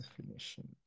definition